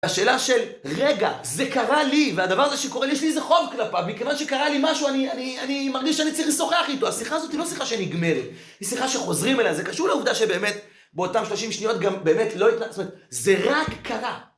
השאלה של, רגע, זה קרה לי, והדבר הזה שקורה לי, יש לי איזה חוב כלפיו. מכיוון שקרה לי משהו, אני מרגיש שאני צריך לשוחח איתו. השיחה הזאת היא לא שיחה שנגמרת, היא שיחה שחוזרים אליה. זה קשור לעובדה שבאמת, באותן שלושים שניות גם באמת לא ה... זאת אומרת, זה רק קרה.